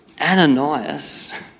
Ananias